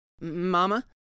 Mama